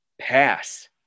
pass